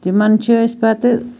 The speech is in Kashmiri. تِمَن چھِ أسۍ پَتہٕ